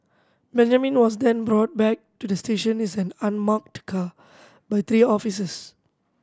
Benjamin was then brought back to the station is an unmarked car by three officers